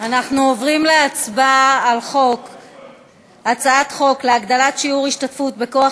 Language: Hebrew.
אנחנו עוברים להצבעה על הצעת חוק להגדלת שיעור ההשתתפות בכוח